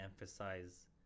emphasize